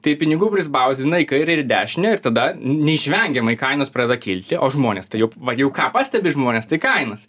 tai pinigų prispausdina į kairę ir į dešinę ir tada neišvengiamai kainos pradeda kilti o žmonės tai jau va jau ką pastebi žmonės tai kainas